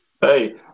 Hey